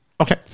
Okay